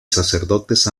sacerdotes